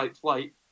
flight